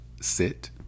sit